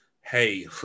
hey